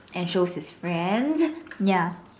and shows his friends ya